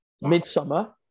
Midsummer